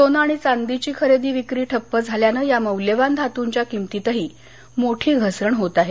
सोनं आणि चांदीची खरेदी विक्री ठप्प झाल्यानं या मौल्यवान धातूंच्या किमतीतही मोठी घसरण होत आहे